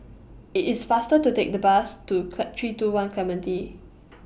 IT IS faster to Take The Bus to three two one Clementi